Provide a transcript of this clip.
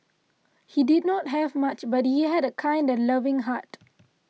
he did not have much but he had a kind and loving heart